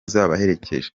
zabaherekeje